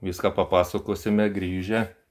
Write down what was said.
viską papasakosime grįžę